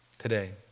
Today